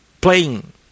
playing